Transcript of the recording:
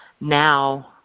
now